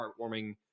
heartwarming